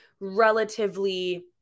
relatively